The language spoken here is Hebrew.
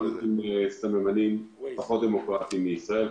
--- עם סממנים פחות דמוקרטיים מישראל,